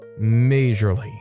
majorly